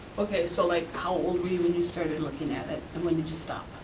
okay, so like how old were you when you started looking at it and when did you stop?